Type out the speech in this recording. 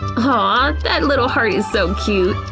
ah and little heart is so cute!